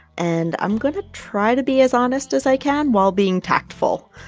and i'm going to try to be as honest as i can while being tactful.